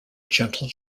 gentle